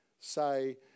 say